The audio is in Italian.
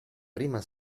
prima